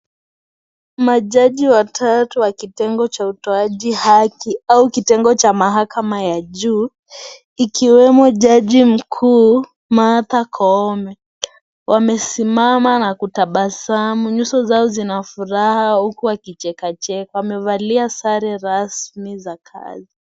Majaji watu wa kitengo cha utoaji haki au kitengo cha mahakama ya juu. Ikiwemo jaji mkuu Martha Koome. Wamesimama na kutabasamu. Nyuso zao zina furaha huku akicheka cheka. Amevalia sare rasmi za kazi.